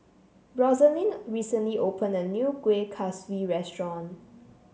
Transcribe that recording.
Rosalee recently opened a new Kueh Kaswi restaurant